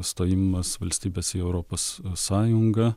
stojimas valstybės į europos sąjungą